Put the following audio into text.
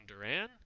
Duran